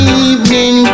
evening